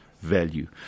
value